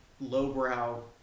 lowbrow